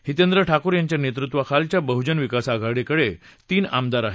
हितेंद्र ठाकूर यांच्या नेतृत्वाखालच्या बहुजन विकास आघाडीकडे तीन आमदार आहेत